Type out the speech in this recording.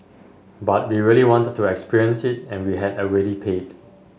but we really wanted to experience it and we had already paid